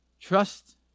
Trust